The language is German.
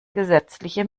gesetzliche